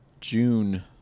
June